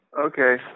okay